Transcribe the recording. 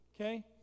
okay